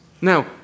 Now